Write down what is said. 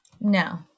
No